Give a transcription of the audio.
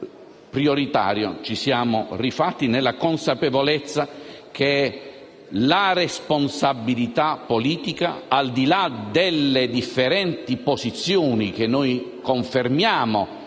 prioritario ci siamo rifatti nella consapevolezza che la responsabilità politica, al di là delle differenti posizioni che confermiamo